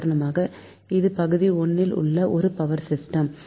உதாரணமாக இது பகுதி 1 ல் உள்ள ஒரு பவர் சிஸ்டம்